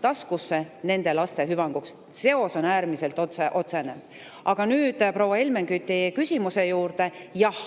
taskusse nende laste hüvanguks. Seos on äärmiselt otsene. Aga nüüd proua Helmen Küti küsimuse juurde. Jah,